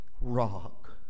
rock